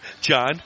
John